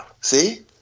See